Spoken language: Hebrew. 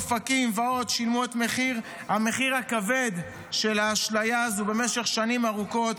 אופקים ועוד שילמו את המחיר הכבד של האשליה הזו במשך שנים ארוכות,